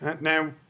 Now